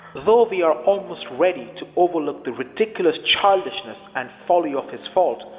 though we are almost ready to overlook the ridiculous childishness and folly of his fault,